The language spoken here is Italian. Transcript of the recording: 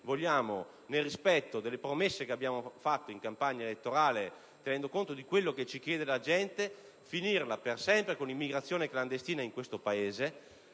contrario, nel rispetto delle promesse che abbiamo fatto in campagna elettorale e tenendo conto di quello che ci chiede la gente, noi vogliamo finirla per sempre con l'immigrazione clandestina in questo Paese